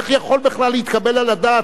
איך יכול בכלל להתקבל על הדעת,